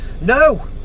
No